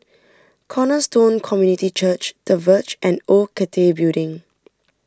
Cornerstone Community Church the Verge and Old Cathay Building